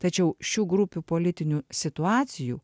tačiau šių grupių politinių situacijų